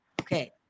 okay